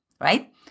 right